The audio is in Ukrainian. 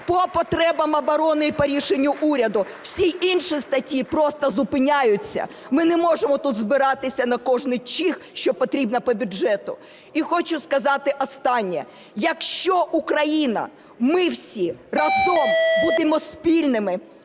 по потребам оборони і по рішенню уряду. Всі інші статті просто зупиняються, ми не можемо тут збиратися на кожний "чих", що потрібно по бюджету. І хочу сказати останнє. Якщо Україна, ми всі разом будемо спільними,